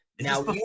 Now